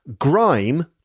Grime